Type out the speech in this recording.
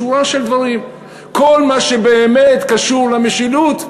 שורה של דברים, כל מה שבאמת קשור למשילות,